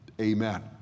Amen